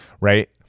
right